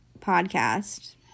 podcast